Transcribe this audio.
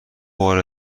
بار